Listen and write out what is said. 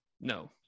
No